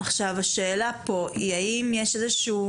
עכשיו השאלה פה, האם יש איזשהו